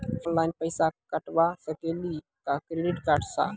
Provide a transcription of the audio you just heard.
Online पैसा कटवा सकेली का क्रेडिट कार्ड सा?